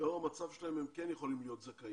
לאור המצב שלהם הם כן יכולים להיות זכאים.